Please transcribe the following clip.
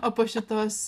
o po šitos